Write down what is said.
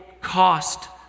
cost